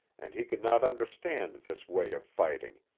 and he could not understand this way of fighting,